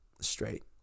straight